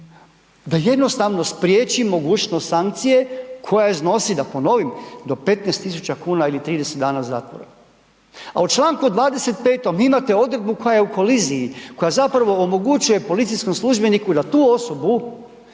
da jednostavno spriječi mogućnost sankcije koja iznosi da ponovim, do 15.000,00 kn ili 30 dana zatvora, a u čl. 25. imate odredbu koja je u koliziji koja zapravo omogućuje policijskom službeniku da tu osobu